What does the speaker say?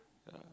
yeah